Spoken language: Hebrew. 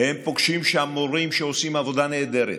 הם פוגשים שם מורים שעושים עבודה נהדרת,